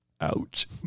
Ouch